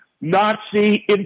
Nazi